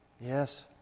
Yes